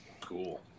Cool